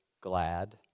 glad